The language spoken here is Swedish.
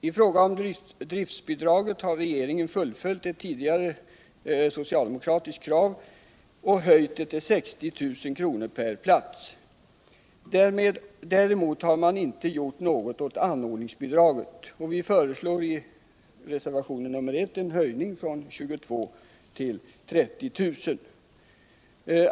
I fråga om driftsbidraget har regeringen fullföljt ett tidigare socialdemokratiskt krav och höjt detta till 60 000 kr. per plats. Däremot har man inte gjort något åt anordningsbidraget. Vi föreslår i reservationen 1 en höjning från 22 000 till 30 000.